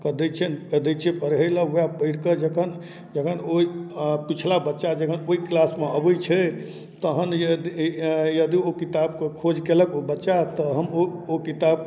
कऽ दै छिअनि दै छियै पढ़ै लै ओहए पढ़ि कऽ जखन जखन ओहि पिछला बच्चा जखन ओहि क्लासमे अबै छै तहन यदि यदि ओ किताब कऽ खोज कयलक ओ बच्चा तऽ हम ओ ओ किताब